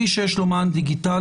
מי שיש לו מען דיגיטלי,